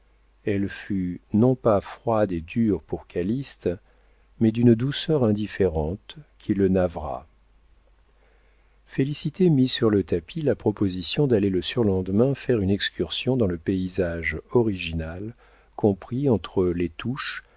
elle fut non pas froide et dure pour calyste mais d'une douceur indifférente qui le navra félicité mit sur le tapis la proposition d'aller le surlendemain faire une excursion dans le paysage original compris entre les touches